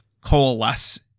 coalesce